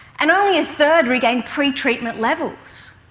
and only a third regain pre-treatment levels.